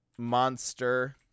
Monster